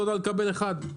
לא יודע לקבל אחד.